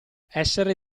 essere